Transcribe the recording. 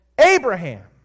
Abraham